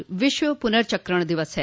आज विश्व पुर्नचक्रण दिवस है